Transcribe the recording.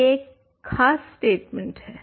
तो यह एक ख़ास स्टेटमेंट है